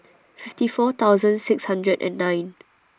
fifty four thousand six hundred and nine